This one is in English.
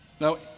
now